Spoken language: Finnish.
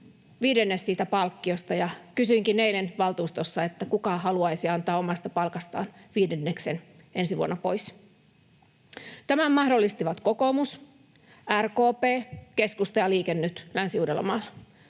viidennes siitä palkkiosta. Kysyinkin eilen valtuustossa, kuka haluaisi antaa omasta palkastaan viidenneksen ensi vuonna pois. Tämän mahdollistivat kokoomus, RKP, keskusta ja Liike Nyt Länsi-Uudellamaalla.